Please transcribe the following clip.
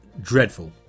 Dreadful